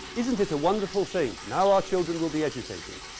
isn't it a wonderful thing? now our children will be educated.